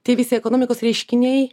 tai visi ekonomikos reiškiniai